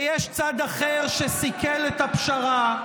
ויש צד אחר שסיכל את הפשרה,